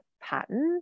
pattern